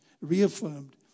reaffirmed